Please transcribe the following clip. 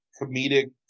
comedic